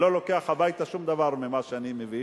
אני לא לוקח הביתה שום דבר ממה שאני מביא,